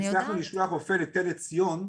אם הצלחנו לשלוח רופא לתל ציון,